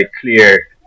clear